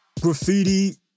graffiti